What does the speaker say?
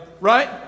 Right